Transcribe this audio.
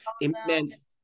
immense